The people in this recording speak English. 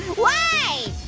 why?